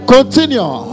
Continue